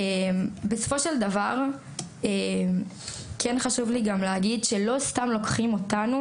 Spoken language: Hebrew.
בסופו של דבר כן חשוב לי לומר שלא סתם לוקחים אותנו,